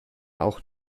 auch